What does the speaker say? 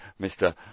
Mr